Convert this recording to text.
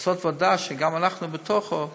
לעשות ועדה שגם אנחנו בתוכה,